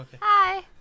Hi